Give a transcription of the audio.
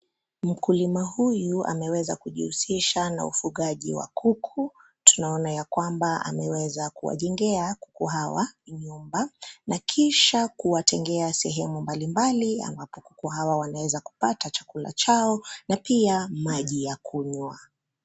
Mkulima huyu ameweza kujihusisha na ufugaji wa kuku. Tunaona ya kwamba ameweza kuwajengea kuku hawa nyumba na kisha kuwatengea sehemu mbalimbali ambapo kuku hawa wanaweza kupata chakula chao na pia maji ya kunywa.